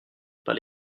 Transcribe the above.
par